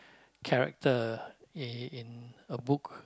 character in in a book